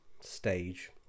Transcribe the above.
stage